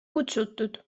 kutsutud